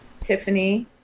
Tiffany